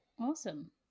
Awesome